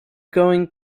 going